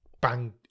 bang